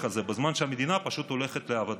הזה בזמן שהמדינה פשוט הולכת לאבדון.